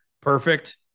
perfect